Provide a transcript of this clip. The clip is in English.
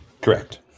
correct